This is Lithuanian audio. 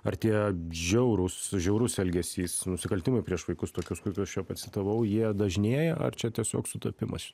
ar tie žiaurūs žiaurus elgesys nusikaltimai prieš vaikus tokius kokius čia pacitavau jie dažnėja ar čia tiesiog sutapimas